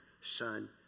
Son